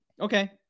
Okay